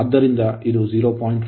ಆದ್ದರಿಂದ ಇದು 0